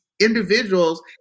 individuals